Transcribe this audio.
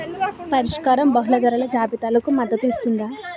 పరిష్కారం బహుళ ధరల జాబితాలకు మద్దతు ఇస్తుందా?